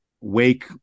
Wake